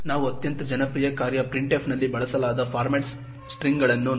ನಾವು ಅತ್ಯಂತ ಜನಪ್ರಿಯ ಕಾರ್ಯ printf ನಲ್ಲಿ ಬಳಸಲಾದ ಫಾರ್ಮ್ಯಾಟ್ ಸ್ಟ್ರಿಂಗ್ಗಳನ್ನು ನೋಡೋಣ